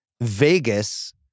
Vegas